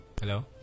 Hello